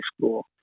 school